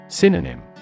Synonym